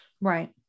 Right